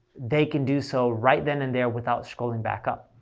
they can do so right then and there without scrolling back up.